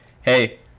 hey